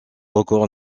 records